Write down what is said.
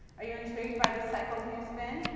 are you intrigued by this cycle's new spin?